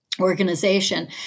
Organization